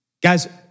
Guys